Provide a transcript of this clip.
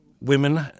women